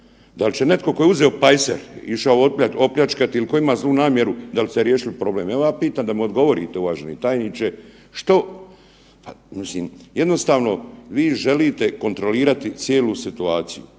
Da li će netko tko je uzeo pajser i išao opljačkati ili tko ima zlu namjeru, da li ste riješili problem? Ja vas pitam da mi odgovorite, uvaženi tajniče, što, mislim vi jednostavno želite kontrolirati cijelu situaciju.